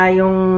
yung